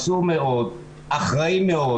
מסור ואחראי מאוד